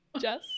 Jess